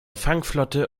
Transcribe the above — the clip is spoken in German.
fangflotte